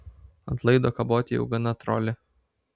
ant laido kaboti jau gana troli